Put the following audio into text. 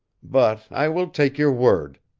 but i will take your word.